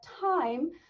time